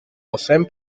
poseen